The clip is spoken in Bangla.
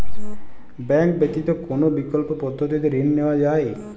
ব্যাঙ্ক ব্যতিত কোন বিকল্প পদ্ধতিতে ঋণ নেওয়া যায়?